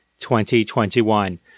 2021